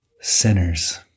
sinners